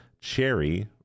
Cherry